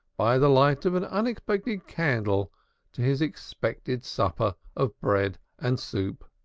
by the light of an unexpected candle to his expected supper of bread and soup,